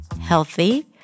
healthy